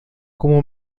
como